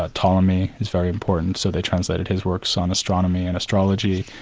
ah ptolemy, he's very important, so they translated his works on astronomy and astrology,